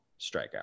strikeout